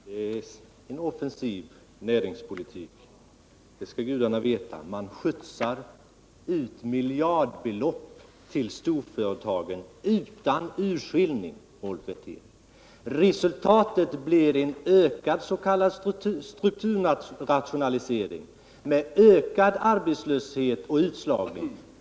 Herr talman! Det skall gudarna veta att man för en offensiv näringspolitik. Man skjutsar ut miljardbelopp till storföretagen utan urskillning, Rolf Wirtén. Resultatet blir en ökad s.k. strukturrationalisering med ökad arbetslöshet och utslagning.